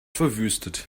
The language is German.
verwüstet